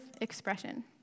expression